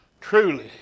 truly